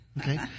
okay